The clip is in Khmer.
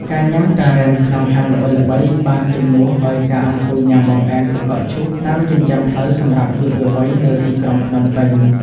ការញ៉ាំការ៉េមក្នុងហាងល្បីៗ បានជំនួសឱ្យការអង្គុយញ៉ាំបង្អែមទឹកកកឈូសតាមចិញ្ចើមផ្លូវសម្រាប់យុវវ័យនៅទីក្រុងភ្នំពេញ។